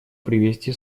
привести